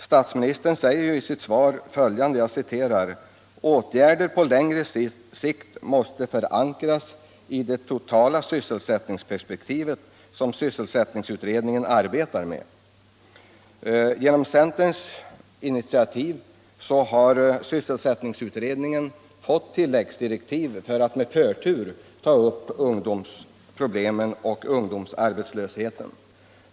Statsministern säger i sitt svar följande: ”Åtgärder på längre sikt måste förankras i det totala sysselsättningsperspektiv som sysselsättningsutredningen arbetar med.” Genom centerns initiativ har sysselsättningsutredningen fått tilläggsdirektiv för att med förtur ta upp ungdomsproblemen och ungdomsarbetslösheten.